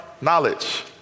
knowledge